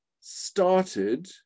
started